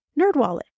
Nerdwallet